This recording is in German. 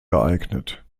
geeignet